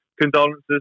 Condolences